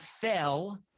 fell